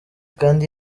kandi